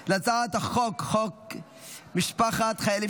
כי הצעת חוק שירותי הדת היהודיים (תיקון,